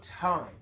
time